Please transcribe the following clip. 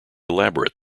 elaborate